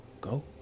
go